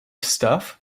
stuff